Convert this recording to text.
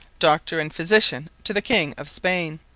doctor and physitian to the king of spaine.